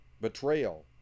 betrayal